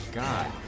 god